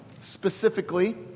specifically